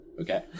Okay